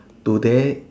today